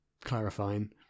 clarifying